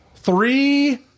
Three